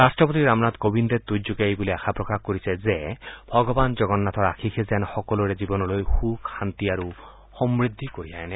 ৰাট্টপতি ৰামনাথ কোবিন্দে টুইটযোগে এইবুলি আশা প্ৰকাশ কৰিছে যে ভগৱান জগন্নাথৰ আশীষে যেন সকলোৰে জীৱনলৈ সুখ শান্তি আৰু সম্বদ্ধি কঢ়িয়াই আনে